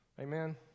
amen